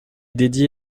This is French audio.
dédie